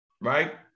right